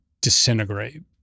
disintegrate